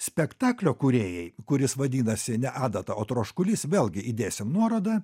spektaklio kūrėjai kuris vadinasi ne adata o troškulys vėlgi įdėsim nuorodą